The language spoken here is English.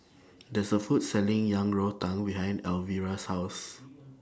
There's A Food Selling Yang Rou Tang behind Alvira's House